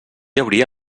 hauria